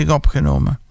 opgenomen